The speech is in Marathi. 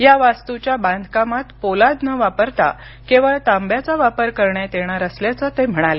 या वास्तुच्या बांधकामात पोलाद न वापरता केवळ तांब्याचा वापर करण्यात येणार असल्याचं ते म्हणाले